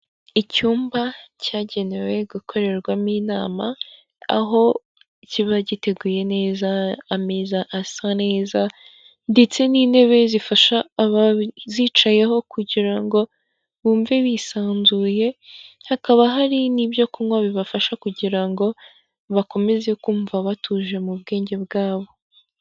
Icyumba cyagenewe gukorerwamo inama, aho kiba giteguye neza ameza asa neza ndetse n'intebe zifasha abazicayeho kugira ngo bumve bisanzuye hakaba hari n'ibyo kunywa bibafasha kugira ngo bakomeze kumva batuje mu bwenge bwabo.